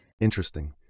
Interesting